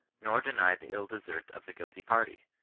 nor deny the ill-desert of the guilty party,